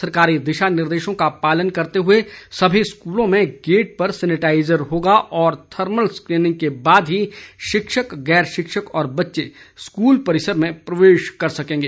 सरकारी दिशा निर्देशों का पालन करते हुए सभी स्कूलों में गेट पर सेनेटाइजर होगा और थर्मल स्केनिंग के बाद ही शिक्षक गैर शिक्षक और बच्चे स्कूल परिसर में प्रवेश कर सकेंगे